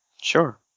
Sure